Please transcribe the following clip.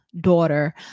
daughter